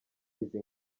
izi